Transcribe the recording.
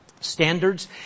standards